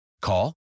Call